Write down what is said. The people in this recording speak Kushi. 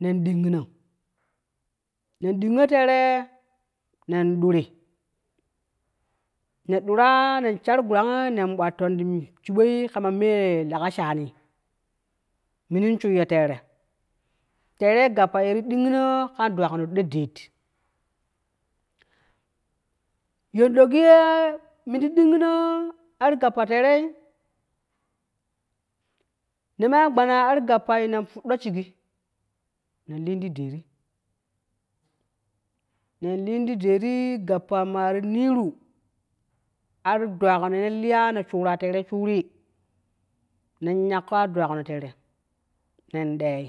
Nen dingino nen dingo teere nen duri, ne duu-raa nen shar guraa nen bwattom mun shibboi kama mee lega shani, munin shusyo teere tere gappa yeti dingino ka dwagino tiku det, yen ɗogi y minti dingi no ar gappa terei, ne maa gbana ar gappai nen ⼲odɗo shiggi, nen lin ti deɗdi, nen lin ti deddii gappa maati niiru ar dwagino ye ne liya ne shura terei shuri, nen yakko ar dwagino tere, nen ɗei,